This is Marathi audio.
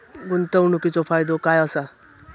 गुंतवणीचो फायदो काय असा?